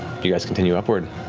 you guys continue upward?